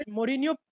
Mourinho